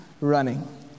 running